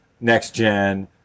next-gen